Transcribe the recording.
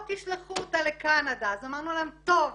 או "תשלחו אותה לקנדה" אמרנו להם טוב,